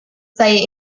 site